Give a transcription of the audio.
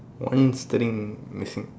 one string missing